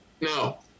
No